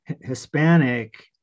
Hispanic